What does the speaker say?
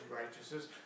righteousness